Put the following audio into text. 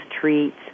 treats